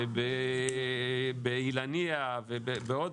באילניה ועוד,